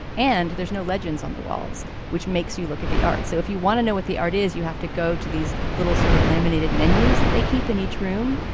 and there's no legends on the walls, which makes you look at the art. so if you want to know what the art is, you have to go to these little sort of laminated menus that they keep in each room.